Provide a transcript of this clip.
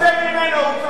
הוא לא ראש ממשלה, הוא שורד.